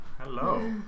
Hello